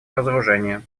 разоружению